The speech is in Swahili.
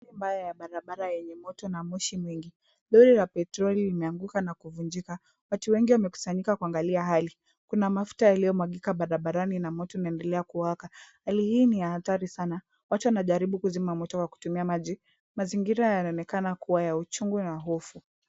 Barabara yenye moto na moshi mwingi. Lori la petroli limeanguka na kuvunjika. Watu wengi wamekusanyika kuangalia hali. Kuna mafuta yaliyomwagika barabarani na moto unaendelea kuwaka. Hali hii ni ya hatari sana. Watu wanajaribu kuzima moto kwa kutumia maji. Mazingira yanaonekana kuwa ya uchungu na hofu.